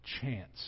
chance